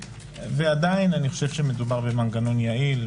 ועדיין אני חושב שמדובר במנגנון יעיל,